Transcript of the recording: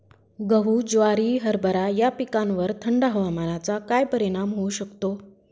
गहू, ज्वारी, हरभरा या पिकांवर थंड हवामानाचा काय परिणाम होऊ शकतो?